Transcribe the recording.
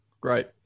great